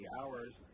hours